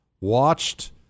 Watched